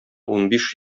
унбиш